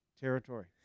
territory